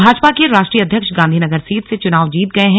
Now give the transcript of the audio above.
भाजपा के राष्ट्रीय अध्यक्ष गांधीनगर सीट से चुनाव जीत गए हैं